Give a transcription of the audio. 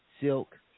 Silk